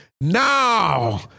Now